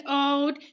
old